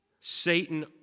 Satan